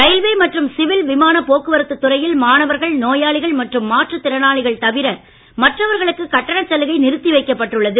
railway மற்றும் civil விமான போக்குவரத்து துறையில் மாணவர்கள் நோயாளிகள் மற்றும் மாற்றுத் திறனளிகள் தவிர மற்றவர்களுக்கு கட்டணச் சலுகை நிறுத்தி வைக்கப்பட்டுள்ளது